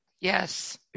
Yes